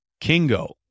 Kingo